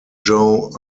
joe